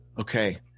Okay